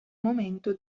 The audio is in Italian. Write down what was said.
momento